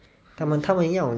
他们他们要